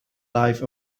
life